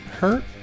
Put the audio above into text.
hurt